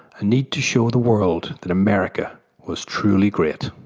a need to show the world that america was truly great.